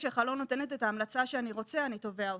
שלך לא נותנת את ההמלצה שאני רוצה אני תובע אותך,